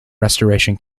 restoration